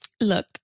Look